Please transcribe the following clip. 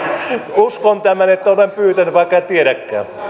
uskon tämän että olen pyytänyt vaikka en